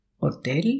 hotel